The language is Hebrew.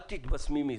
אל תתבשמי מזה.